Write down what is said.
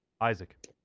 Isaac